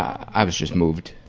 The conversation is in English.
i was just moved,